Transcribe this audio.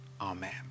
Amen